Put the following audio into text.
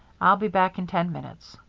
i'll be back in ten minutes,